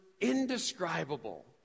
indescribable